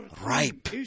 ripe